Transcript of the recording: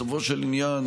בסופו של עניין,